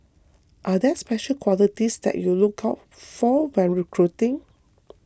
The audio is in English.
are there special qualities that you look out for when recruiting